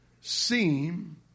seem